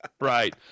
Right